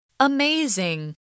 Amazing